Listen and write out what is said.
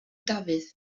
dafydd